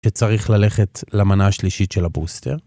צריך ללכת למנה השלישית של הבוסטר